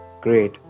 Great